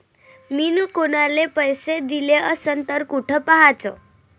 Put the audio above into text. मिन कुनाले पैसे दिले असन तर कुठ पाहाचं?